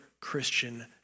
Christian